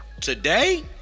Today